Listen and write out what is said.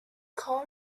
کار